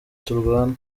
turwana